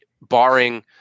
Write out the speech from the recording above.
barring